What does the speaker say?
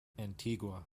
antigua